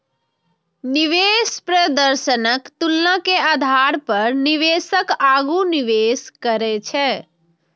निवेश प्रदर्शनक तुलना के आधार पर निवेशक आगू निवेश करै छै